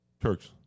Turks